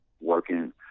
working